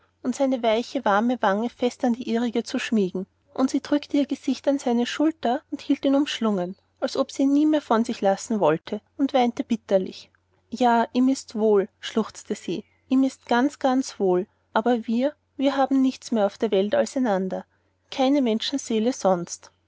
und seine weiche warme wange fest an die ihrige zu schmiegen und sie drückte ihr gesicht an seine schulter und hielt ihn umschlungen als ob sie ihn nie mehr von sich lassen wollte und weinte bitterlich ja ihm ist wohl schluchzte sie ihm ist ganz ganz wohl aber wir wir haben nichts mehr auf der welt als einander keine menschenseele sonst